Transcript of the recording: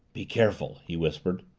be careful! he whispered.